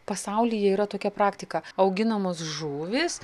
pasaulyje yra tokia praktika auginamos žuvys